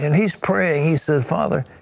and he's praying, he says father,